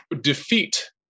defeat